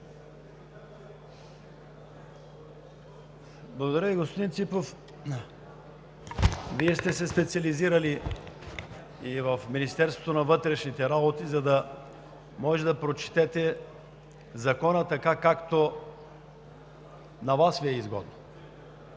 Благодаря Ви. Господин Ципов, Вие сте се специализирали в Министерството на вътрешните работи, за да можете да прочетете закона, така както на Вас Ви е изгодно.